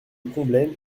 combelaine